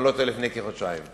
לפני כחודשיים.